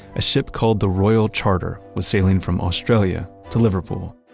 a ship called the royal charter was sailing from australia to liverpool.